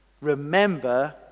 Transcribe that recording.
Remember